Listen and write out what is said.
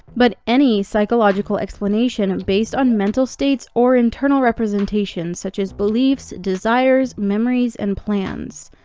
but any psychological explanation and based on mental states or internal representations such as beliefs, desires, memories, and plans.